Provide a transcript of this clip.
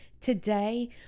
Today